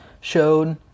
showed